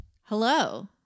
Hello